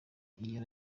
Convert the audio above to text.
iya